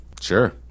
Sure